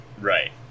Right